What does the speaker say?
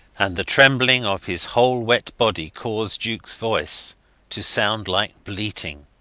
and the trembling of his whole wet body caused jukes voice to sound like bleating.